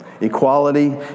Equality